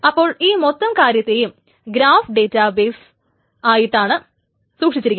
അപ്പോൾ ഈ മൊത്തം കാര്യത്തേയും ഗ്രാഫ് ഡേറ്റാബേസ് ആയിട്ടാണ് സൂക്ഷിച്ചിരിക്കുന്നത്